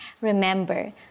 Remember